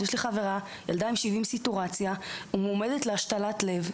יש לי חברה עם ילדה 70 סטורציה שמועמדת להשתלת לב.